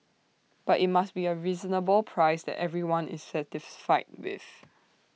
but IT must be A reasonable price that everyone is satisfied with